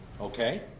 okay